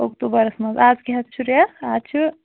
اکتوٗبَرَس منٛز اَز کیٛاہ حظ چھُ ریٚتھ اَز چھُ